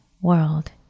world